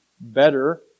better